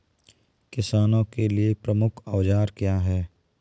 किसानों के लिए प्रमुख औजार क्या हैं?